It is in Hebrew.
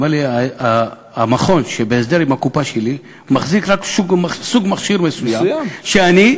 אומר לי: המכון שבהסדר עם הקופה שלי מחזיק רק סוג מכשיר מסוים שאני,